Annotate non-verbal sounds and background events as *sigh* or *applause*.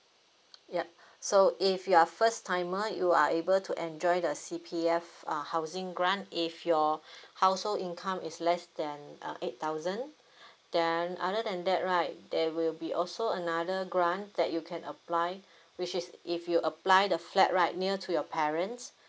yup *breath* so if you are first timer you are able to enjoy the C_P_F uh housing grant if your *breath* household income is less than uh eight thousand *breath* then other than that right there will be also another grant that you can apply which is if you apply the flat right near to your parents